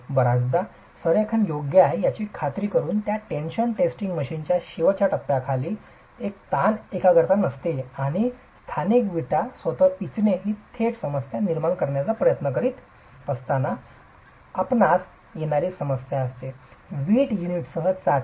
बर्याचदा संरेखन योग्य आहे याची खात्री करुन या टेन्शन टेस्टिंग मशीनच्या शेवटच्या टप्प्याखाली आपणास ताण एकाग्रता नसते आणि स्थानिक विटा स्वतःच पिचणे ही थेट समस्या निर्माण करण्याचा प्रयत्न करीत असताना आपणास येणारी समस्या असते वीट युनिट सह चाचणी